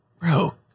Bro